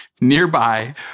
Nearby